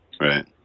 right